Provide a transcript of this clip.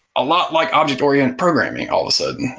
a lot like object-oriented programming all of a sudden.